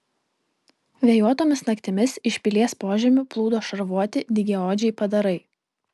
vėjuotomis naktimis iš pilies požemių plūdo šarvuoti dygiaodžiai padarai